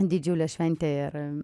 didžiulė šventė ir